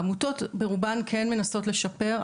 העמותות ברובן כן מנסות לשפר,